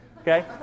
okay